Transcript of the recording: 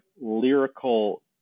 lyrical